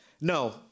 No